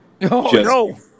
no